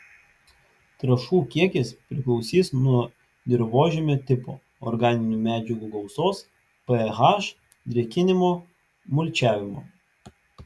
trąšų kiekis priklausys nuo dirvožemio tipo organinių medžiagų gausos ph drėkinimo mulčiavimo